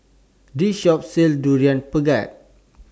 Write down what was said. This Shop sells Durian Pengat